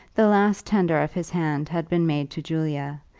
the last tender of his hand had been made to julia,